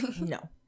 No